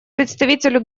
представителю